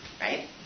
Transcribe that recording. right